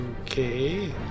Okay